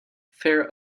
fair